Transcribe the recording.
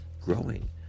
growing